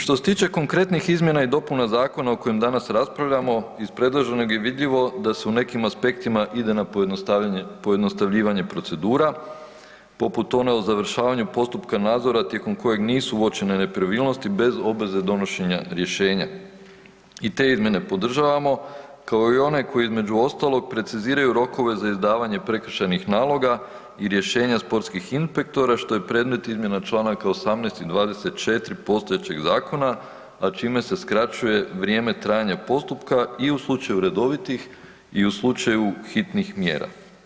Što se tiče konkretnih izmjena i dopuna zakona o kojem danas raspravljamo iz predloženog je vidljivo da se u nekim aspektima ide na pojednostavljivanje procedura, poput one o završavanju postupka nadzora tijekom kojeg nisu uočene nepravilnosti bez obveze donošenja rješenja i te izmjene podržavamo, kao i one koje između ostalog preciziraju rokove za izdavanje prekršajnih naloga i rješenja sportskih inspektora što je predmet izmjena članaka 18. i 24.postojećeg zakona, a čime se skraćuje vrijeme trajanja postupka i u slučaju redovitih i u slučaju hitnih mjera.